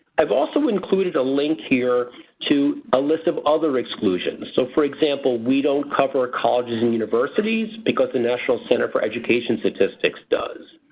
i've also included a link here to a list of other exclusions. so for example we don't cover colleges and universities because the national center for education statistics does.